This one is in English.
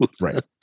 Right